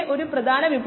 35 1 0